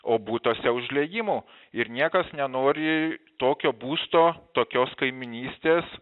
o butuose užliejimų ir niekas nenori tokio būsto tokios kaimynystės